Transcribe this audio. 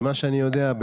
ממה שאני יודע,